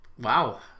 Wow